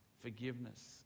forgiveness